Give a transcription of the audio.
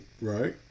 Right